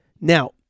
Now